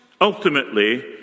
ultimately